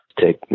take